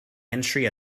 entry